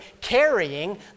carrying